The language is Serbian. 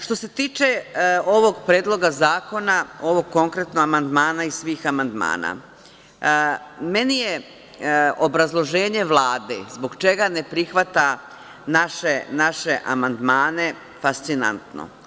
Što se tiče ovog predloga zakona, ovog konkretno amandmana i svih amandmana, meni je obrazloženje Vlade zbog čega ne prihvata naše amandmane fascinantno.